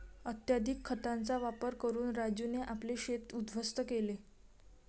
अत्यधिक खतांचा वापर करून राजूने आपले शेत उध्वस्त केले